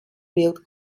built